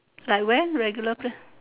like when regular place